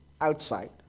outside